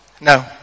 no